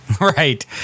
Right